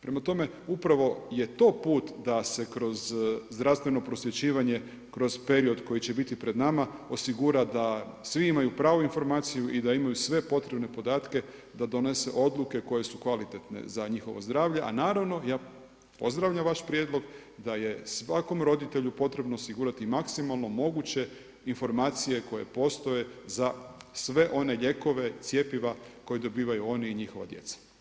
Prema tome, upravo je to put da se kroz zdravstveno prosvjećivanje kroz period koji će biti pred nama osigura da svi imaju pravu informaciju i da imaju sve potrebne podatke da donese odluke koje su kvalitetne za njihovo zdravlje, a naravno, ja pozdravljam vaš prijedlog da je svakom roditelju potrebno osigurati maksimalno moguće informacije koje postoje za sve one lijekove, cjepiva koji dobivaju oni i njihova djeca.